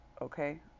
Okay